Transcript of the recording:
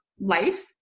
life